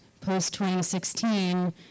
post-2016